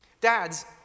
Dads